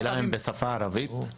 הם בשפה הערבית?